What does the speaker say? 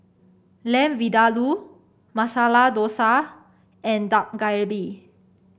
Lamb Vindaloo Masala Dosa and Dak Galbi